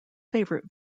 favourite